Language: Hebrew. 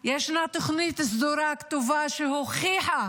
תוכנית סדורה, כתובה, שהוכיחה